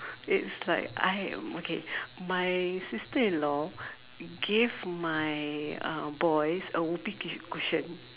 it's like I am okay my sister in law gave my uh boys a Whoopee cushion